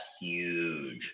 huge